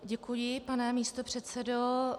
Děkuji, pane místopředsedo.